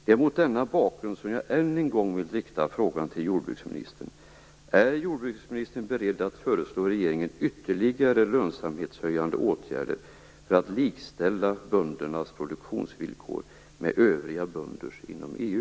Det är mot denna bakgrund som jag än en gång vill rikta frågan till jordbruksministern: Är jordbruksministern beredd att föreslå regeringen ytterligare lönsamhetshöjande åtgärder för att likställa böndernas produktionsvillkor med övriga bönders inom EU?